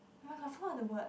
oh my god i forgot all the word